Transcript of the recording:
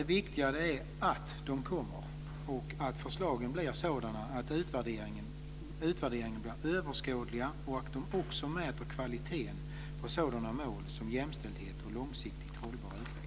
Det viktiga är att förslagen läggs fram och att förslagen blir sådana att utvärderingarna blir överskådliga och att de också mäter kvaliteten på sådana mål som jämställdhet och långsiktigt hållbar utveckling.